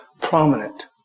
prominent